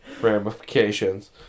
ramifications